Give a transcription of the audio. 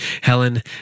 Helen